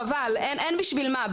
חבל אין בשביל מה,